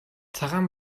цагаан